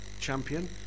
champion